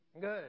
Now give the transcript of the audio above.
Good